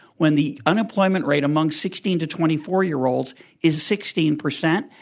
when the unemployment rate among sixteen to twenty four year olds is sixteen percent.